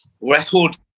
record